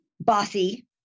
bossy